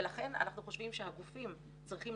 ולכן אנחנו חושבים שהגופים צריכים